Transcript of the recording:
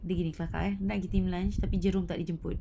begini kelakar ah nak ke team lunch tapi jerung tak ada jemput